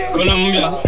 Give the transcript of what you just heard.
Colombia